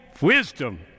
wisdom